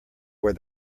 where